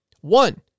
One